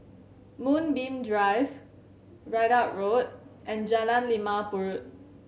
Moonbeam Drive Ridout Road and Jalan Limau Purut